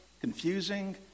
confusing